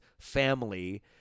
family